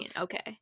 Okay